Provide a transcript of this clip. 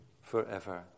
forever